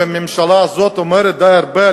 והממשלה הזאת מדברת די הרבה,